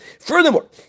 Furthermore